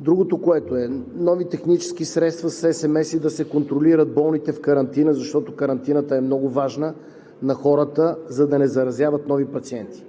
Другото е новите технически средства – с есемеси да се контролират болните в карантина, защото карантината на хората е много важна, за да не заразяват нови пациенти.